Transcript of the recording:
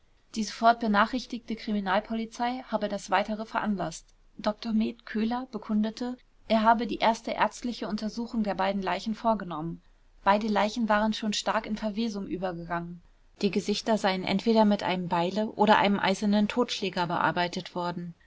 die sofort benachrichtigte kriminalpolizei habe das weitere veranlaßt dr med köhler bekundete er habe die erste ärztliche untersuchung der beiden leichen vorgenommen beide leichen waren schon stark in verwesung übergegangen die gesichter seien entweder mit einem beile oder einem eisernen totschläger bearbeitet worden